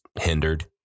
hindered